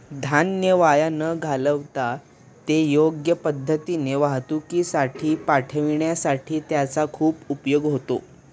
धान्य वाया न घालवता ते योग्य पद्धतीने वाहतुकीसाठी पाठविण्यासाठी त्याचा खूप उपयोग होतो